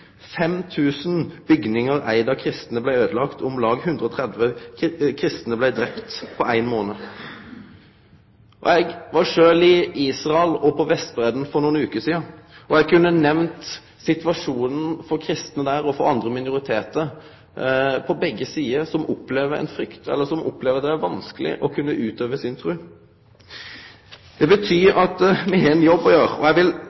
bygningar som var eigde av kristne, blei øydelagde, og om lag 130 kristne blei drepne i løpet av éin månad. Eg var sjølv i Israel og på Vestbreidda for nokre veker sidan. Eg kunne ha nemnt situasjonen for kristne der og for andre minoritetar på begge sider, som opplever at det er vanskeleg å kunne utøve si tru. Det betyr at me har ein jobb å gjere. Eg vil